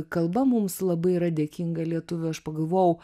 kalba mums labai yra dėkinga lietuvių aš pagalvojau